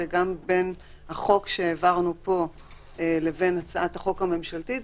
וגם בין החוק שהעברנו פה והצעת החוק הממשלתית,